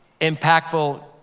impactful